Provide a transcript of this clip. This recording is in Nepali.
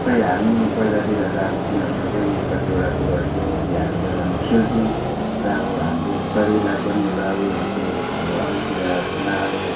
खै हामी पहिलातिर अब तिनीहरू सबै कतिवटा कुरो यसो भ्याएको बेलामा खेल्थ्यौँ र अब हाम्रो शरीरलाई पनि एउटा ऊ यो हुन्थ्यो अब अरूतिर यस्तो नराम्रो